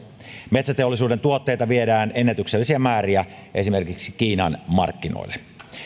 metsäteollisuuden tuotteita viedään ennätyksellisiä määriä esimerkiksi kiinan markkinoille